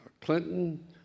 Clinton